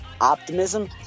optimism